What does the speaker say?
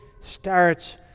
starts